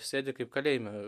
sėdi kaip kalėjime